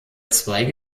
zweige